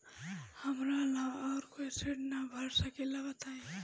हमरा अलावा और कोई ऋण ना भर सकेला बताई?